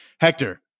Hector